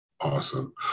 Awesome